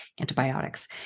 antibiotics